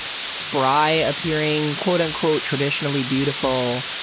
spry-appearing, quote, unquote, traditionally beautiful,